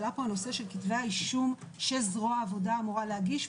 עלה הנושא שכתבי האישום שזרוע העבודה אמורה להגיש,